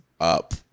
up